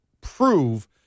prove